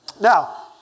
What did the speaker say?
Now